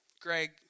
Greg